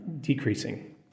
Decreasing